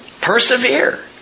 Persevere